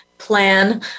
plan